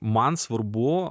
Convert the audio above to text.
man svarbu